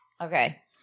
Okay